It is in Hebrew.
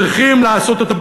צריכים לעשות אותם,